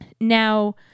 Now